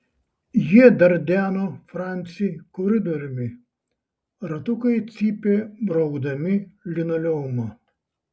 jie dardeno francį koridoriumi ratukai cypė braukdami linoleumą